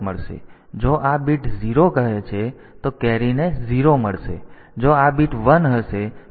તેથી જો આ બીટ 0 કહે છે તો કેરીને 0 મળશે જો આ બીટ 1 હશે તો કેરીંગ ને 1 મળશે